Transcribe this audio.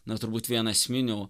na turbūt vieną esminių